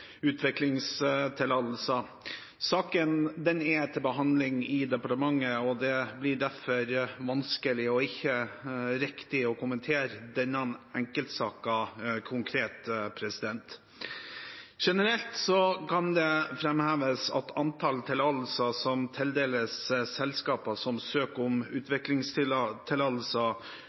utviklingstillatelser. Saken er til behandling i departementet, og det blir derfor vanskelig og ikke riktig å kommentere denne enkeltsaken konkret. Generelt kan det framheves at antall tillatelser som tildeles selskaper som søker om utviklingstillatelser, bygger på faglig vurdering av det faktiske behovet for tillatelser